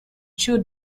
two